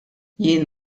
jien